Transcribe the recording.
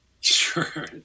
Sure